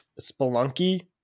Spelunky